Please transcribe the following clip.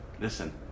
Listen